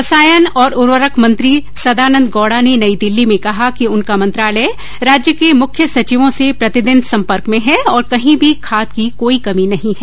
रसायन और उर्वरक मंत्री सदानंद गौड़ा ने नई दिल्ली में कहा कि उनका मंत्रालय राज्य के मुख्य सचिवों से प्रतिदिन सम्पर्क में है और कहीं भी खाद की कोई कमी नहीं है